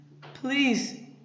please